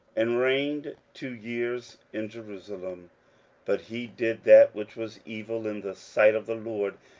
and reigned two years in jerusalem but he did that which was evil in the sight of the lord,